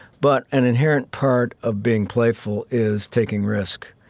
but an inherent part of being playful is taking risk.